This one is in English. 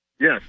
Yes